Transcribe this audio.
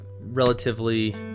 relatively